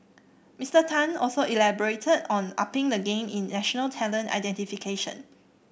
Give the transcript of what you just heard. Mister Tan also elaborated on upping the game in national talent identification